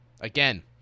again